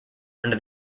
under